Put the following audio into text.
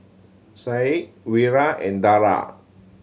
Syed Wira and Dara